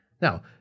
now